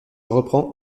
reprends